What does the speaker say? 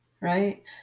right